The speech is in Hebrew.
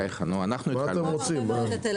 בחייך, נו, אנחנו התחלנו את זה.